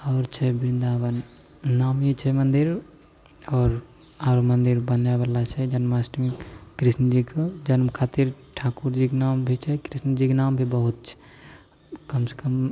आओर छै बृन्दाबन नामी छै मन्दिर आओर आओर मन्दिर बनएबला छै जन्माष्टमी कृष्णजीकऽ जन्म खातिर ठाकुरजीक नामभी छै कृष्णजीक नामभी बहुत छै कमसेकम